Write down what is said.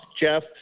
Jeff